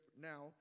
now